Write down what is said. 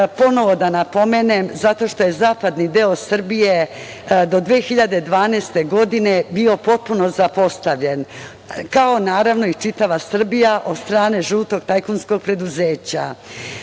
ponovo da napomenem, zato što je zapadni deo Srbije do 2012. godine bio potpuno zapostavljen, kao naravno i čitava Srbija od strane žutog tajkunskog preduzeća,